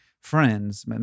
friends